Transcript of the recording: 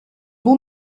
bon